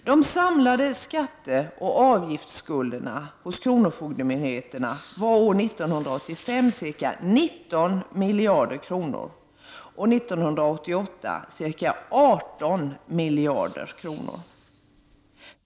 De samlade skattoch avgiftsskulderna hos kronofogdemyndigheterna var år 1985 ca 19 miljarder kronor och år 1988 ca 18 miljarder kronor.